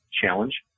challenge